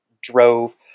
drove